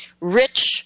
Rich